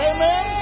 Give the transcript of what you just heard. Amen